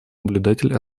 наблюдатель